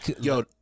yo